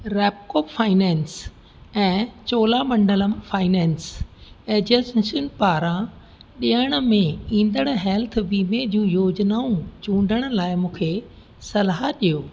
Repco finance ऐं Cholamandalam finance एजेंसियुनि पारां ॾियण में ईंदड़ हेल्थ वीमे जूं योजनाऊं चूंडण लाइ मूंखे सलाह ॾियो